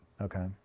Okay